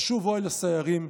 חשוב אוהל הסיירים,